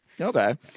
Okay